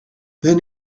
then